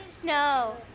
snow